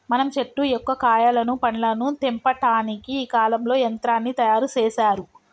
మనం చెట్టు యొక్క కాయలను పండ్లను తెంపటానికి ఈ కాలంలో యంత్రాన్ని తయారు సేసారు